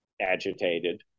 agitated